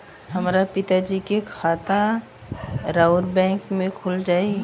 हमरे पिता जी के खाता राउर बैंक में खुल जाई?